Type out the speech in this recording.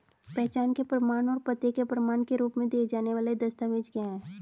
पहचान के प्रमाण और पते के प्रमाण के रूप में दिए जाने वाले दस्तावेज क्या हैं?